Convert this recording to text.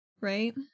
right